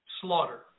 Slaughter